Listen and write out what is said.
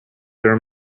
your